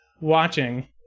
watching